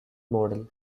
model